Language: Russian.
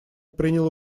принял